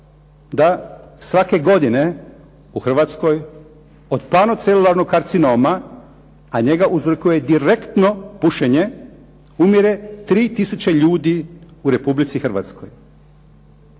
da svake godine u Hrvatskoj od panocelularnog karcinoma, a njega uzrokuje direktno pušenje, umire 3 tisuće ljudi u Republici Hrvatskoj,